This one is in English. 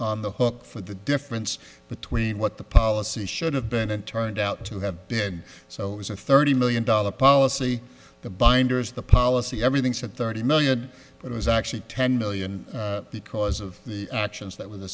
on the hook for the difference between what the policy should have been and turned out to have been so is a thirty million dollar policy the binders the policy everything said thirty million but was actually ten million because of the actions that were the